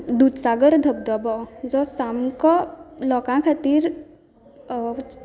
दूदसागर धबधबो जो सामको लोकां खातीर